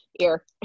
ear